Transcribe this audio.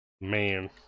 Man